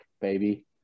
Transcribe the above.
baby